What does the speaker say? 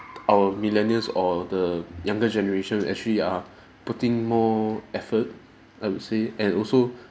our millennials or the younger generation actually are putting more effort I would say and also